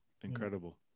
Incredible